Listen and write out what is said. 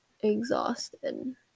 exhausted